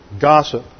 Gossip